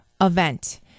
event